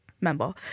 member